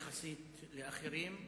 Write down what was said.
יחסית לאחרים,